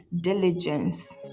diligence